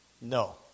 No